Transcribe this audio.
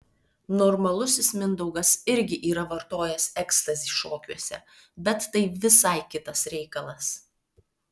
normalusis mindaugas irgi yra vartojęs ekstazį šokiuose bet tai visai kitas reikalas